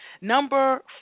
Number